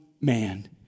man